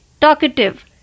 Talkative